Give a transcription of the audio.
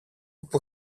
που